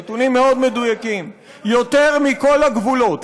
נתונים מאוד מדויקים: יותר מכל הגבולות,